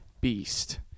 Beast